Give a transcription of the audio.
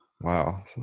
Wow